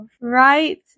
Right